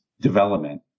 development